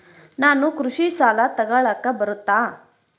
ನಾನು ಕೃಷಿ ಸಾಲ ತಗಳಕ ಬರುತ್ತಾ?